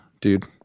dude